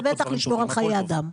ובטח לשמור על חיי אדם.